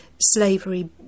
slavery